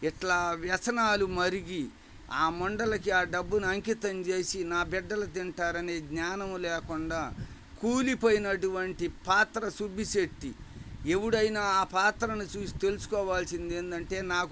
ఇట్లా వ్యసనాలు మరిగి ఆ ముండలకి ఆ డబ్బుని అంకితం చేసి నా బిడ్డలు తింటారనే జ్ఞానం లేకుండా కూలిపోయినటువంటి పాత్ర సుబ్బిశెట్టి ఎవడైనా ఆ పాత్రని చూసి తెలుసుకోవాల్సింది ఏమిటి అంటే నాకు